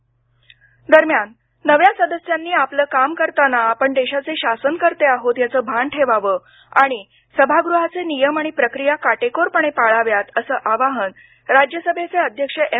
वेंकय्या नायड् दरम्यान नव्या सदस्यांनी आपले काम करताना आपण देशाचे शासनकर्ते आहोत याचं भान ठेवावं आणि सभागृहाचे नियम आणि प्रक्रिया काटेकोरपणे पाळाव्यात असं आवाहन राज्यसभेचे अध्यक्ष एम